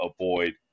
avoid